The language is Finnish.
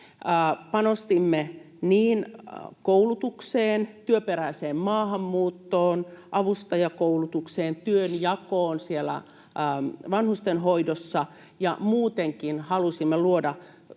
Panostimme koulutukseen, työperäiseen maahanmuuttoon, avustajakoulutukseen, työnjakoon siellä vanhustenhoidossa ja muutenkin halusimme luoda